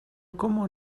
cómo